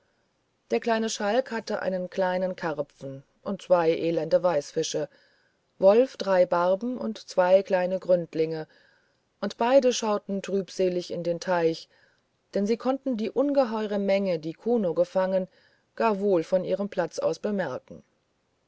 der kleine schalk hatte einen kleinen karpfen und zwei elende weißfische wolf drei barben und zwei kleine gründlinge und beide schauten trübselig in den teich denn sie konnten die ungeheure menge die kuno gefangen gar wohl von ihrem platz aus bemerken